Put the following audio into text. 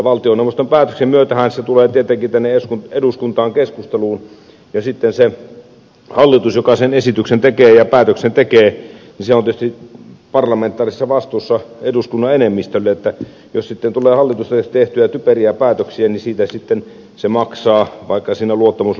valtioneuvoston päätöksen myötähän se tulee tietenkin tänne eduskuntaan keskusteluun ja sitten se hallitus joka sen esityksen tekee ja päätöksen tekee on tietysti parlamentaarisessa vastuussa eduskunnan enemmistölle eli jos sitten tulee hallituksessa tehtyä typeriä päätöksiä niin siitä sitten maksaa vaikka siinä luottamuslauseäänestyksessä